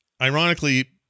ironically